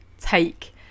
take